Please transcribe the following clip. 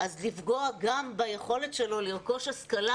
אז לפגוע גם ביכולת שלו לרכוש השכלה,